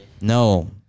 No